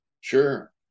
Sure